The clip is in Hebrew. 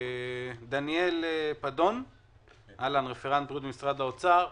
אז דניאל פדון רפרנט בריאות ממשרד האוצר,